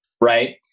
Right